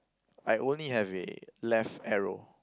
I only have a left arrow